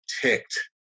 ticked